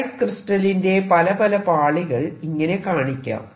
light ക്രിസ്റ്റലിന്റെ പല പല പാളികൾ ഇങ്ങനെ കാണിക്കാം